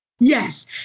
Yes